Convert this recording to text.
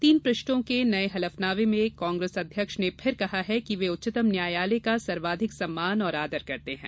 तीन पृष्ठों के नये हलफनामे में कांग्रेस अध्यक्ष ने फिर कहा कि वे उच्चतम न्यायालय का सर्वाधिक सम्मान और आदर करते हैं